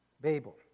Babel